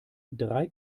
drei